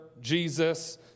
Jesus